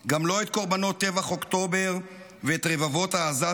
גם לא את קורבנות טבח אוקטובר ואת רבבות העזתים,